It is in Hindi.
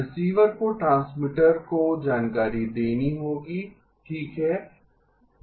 रिसीवर को ट्रांसमीटर को जानकारी देनी होगी ठीक है